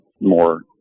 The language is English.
more